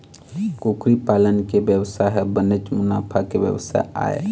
कुकरी पालन के बेवसाय ह बनेच मुनाफा के बेवसाय आय